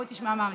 בוא תשמע, מרגי.